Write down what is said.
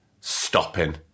stopping